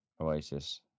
Oasis